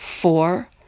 four